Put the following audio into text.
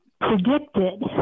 predicted